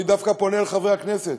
אני דווקא פונה לחברי הכנסת,